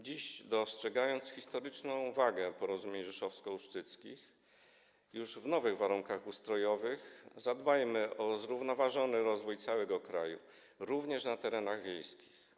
Dziś, dostrzegając historyczną wagę porozumień rzeszowsko-ustrzyckich, już w nowych warunkach ustrojowych, zadbajmy o zrównoważony rozwój całego kraju, również na terenach wiejskich.